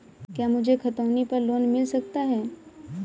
क्या मुझे खतौनी पर लोन मिल सकता है?